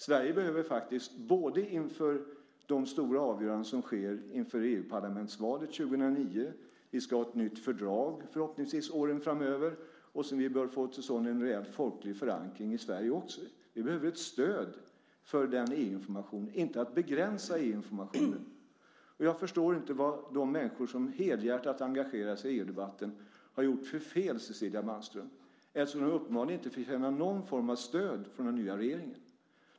Sverige behöver detta inför de stora avgöranden som sker före EU-parlamentsvalet 2009, förhoppningsvis ett nytt fördrag, och sedan behöver vi få till stånd en rejäl folklig förankring i Sverige också. Vi behöver ett stöd för den EU-informationen, inte begränsa EU-informationen. Jag förstår inte vad de människor som helhjärtat engagerat sig i EU-debatten har gjort för fel, Cecilia Malmström, eftersom man uppenbarligen inte fick någon form av stöd från den nya regeringen.